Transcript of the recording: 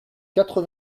quatre